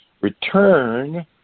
Return